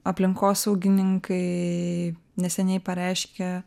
aplinkosaugininkai neseniai pareiškė